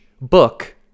book